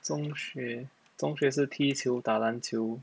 中学中学是踢球打篮球